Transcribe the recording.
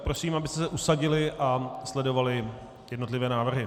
Prosím, abyste se usadili a sledovali jednotlivé návrhy.